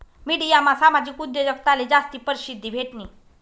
मिडियामा सामाजिक उद्योजकताले जास्ती परशिद्धी भेटनी